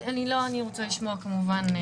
אני רוצה לשמוע כמובן.